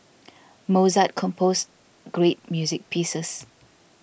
Mozart composed great music pieces